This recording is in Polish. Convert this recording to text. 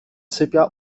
sypia